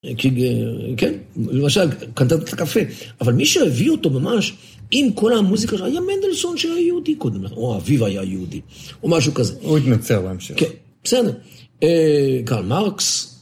כן, למשל, קנטטת הקפה. אבל מי שהביא אותו ממש עם כל המוזיקה, היה מנדלסון שהיה יהודי קודם לכן, או אביו היה יהודי, או משהו כזה. הוא התנצר בהמשך. כן, בסדר, קרל מרקס.